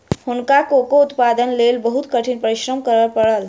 हुनका कोको उत्पादनक लेल बहुत कठिन परिश्रम करय पड़ल